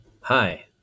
Hi